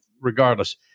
Regardless